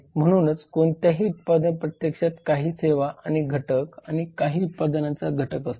म्हणून कोणत्याही उत्पादनात प्रत्यक्षात काही सेवा आणि घटक आणि काही उत्पादनांचा घटक असतो